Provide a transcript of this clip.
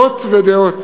עדות ודעות,